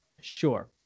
sure